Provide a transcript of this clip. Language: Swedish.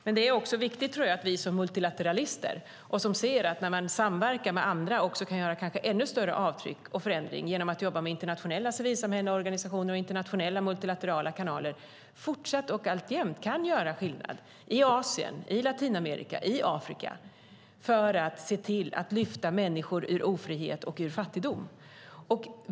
Jag tror också att det är viktigt för oss som multilateralister när vi ser att man kan göra ännu större avtryck och förändringar genom att samarbeta med internationella civilsamhällesorganisationer och internationella multilaterala kanaler och fortsatt och alltjämt kan göra skillnad i Asien, i Latinamerika och i Afrika för att se till att lyfta människor ur ofrihet och fattigdom.